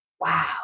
wow